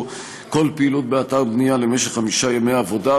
כל פעילות באתר הבנייה למשך חמישה ימי עבודה,